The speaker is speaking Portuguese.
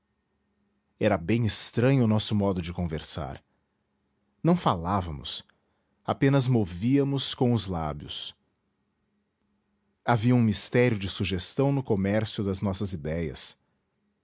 era bem estranho o nosso modo de conversar não falávamos apenas movíamos com os lábios havia um mistério de sugestão no comércio das nossas idéias